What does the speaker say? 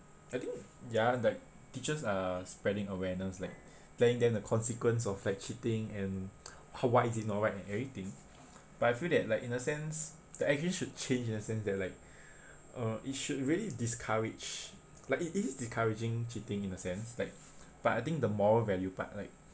I think ya like teachers are spreading awareness like telling them the consequence of like cheating and why is it not right and everything but I feel that like in a sense that actually should change in a sense that like uh it should really discourage like it is discouraging cheating in the sense like but I think the moral value part like